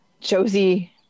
Josie